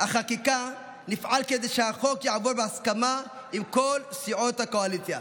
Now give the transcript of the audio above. החקיקה נפעל כדי שהחוק יעבור בהסכמה עם כל סיעות הקואליציה.